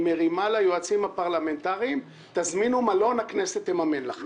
מרימה ליועצים הפרלמנטריים להזמין מלון והכנסת תממן להם.